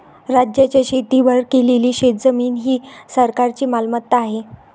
राज्याच्या शेतीवर केलेली शेतजमीन ही सरकारची मालमत्ता आहे